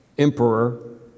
emperor